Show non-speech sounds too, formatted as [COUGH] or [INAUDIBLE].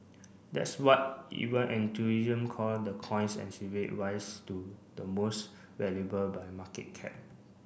that's what even [UNINTELLIGIBLE] call the coin's [UNINTELLIGIBLE] rise to the most valuable by market cap